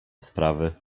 sprawy